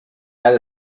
had